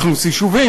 אכלוס יישובים,